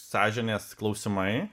sąžinės klausimai